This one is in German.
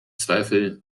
zweifel